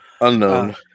Unknown